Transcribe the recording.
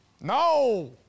No